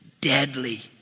deadly